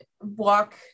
walk